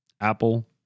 apple